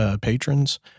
patrons